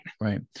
right